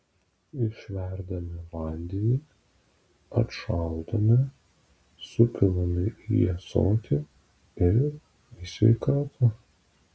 išverdame vandenį atšaldome supilame į ąsotį ir į sveikatą